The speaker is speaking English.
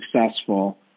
successful